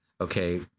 Okay